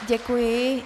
Děkuji.